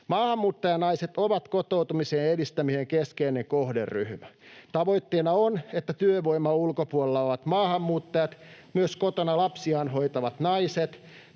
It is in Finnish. Maahanmuuttajanaiset ovat kotoutumisen edistämisen keskeinen kohderyhmä. Tavoitteena on, että työvoiman ulkopuolella olevat maahanmuuttajat, myös kotona lapsiaan hoitavat naiset,